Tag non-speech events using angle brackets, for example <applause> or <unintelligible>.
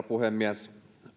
<unintelligible> puhemies